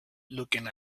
looking